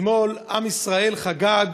אתמול עם ישראל חגג